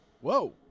Whoa